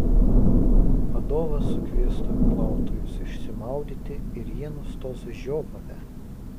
vadovas sukvies stovyklautojus išsimaudyti ir jie nustos žiovavę